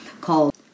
called